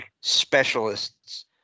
specialists